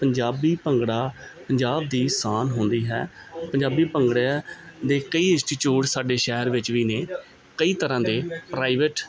ਪੰਜਾਬੀ ਭੰਗੜਾ ਪੰਜਾਬ ਦੀ ਸ਼ਾਨ ਹੁੰਦੀ ਹੈ ਪੰਜਾਬੀ ਭੰਗੜੇ ਦੇ ਕਈ ਇੰਸਟੀਚਿਊਟ ਸਾਡੇ ਸ਼ਹਿਰ ਵਿੱਚ ਵੀ ਨੇ ਕਈ ਤਰ੍ਹਾਂ ਦੇ ਪ੍ਰਾਈਵੇਟ